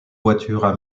voitures